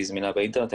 היא זמינה באינטרנט.